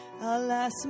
Alas